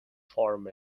form